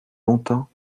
longtemps